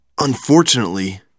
Unfortunately